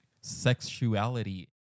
sexuality